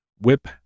whip